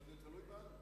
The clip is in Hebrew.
אבל זה תלוי בנו.